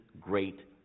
great